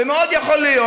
ומאוד יכול להיות,